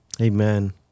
amen